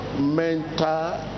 mental